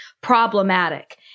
problematic